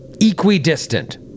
equidistant